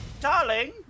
darling